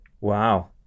Wow